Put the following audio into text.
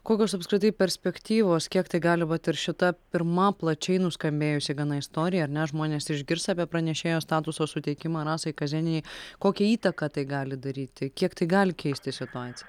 kokios apskritai perspektyvos kiek tai gali vat ir šita pirma plačiai nuskambėjusi gana istorija ar ne žmonės išgirs apie pranešėjo statuso suteikimą rasai kazėnienei kokią įtaką tai gali daryti kiek tai gali keisti situaciją